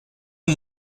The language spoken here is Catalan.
amb